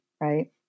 right